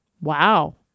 Wow